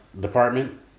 department